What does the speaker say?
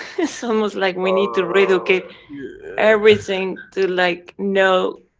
it's almost like we need to re-educate everything, to like know,